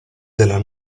della